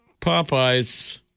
Popeyes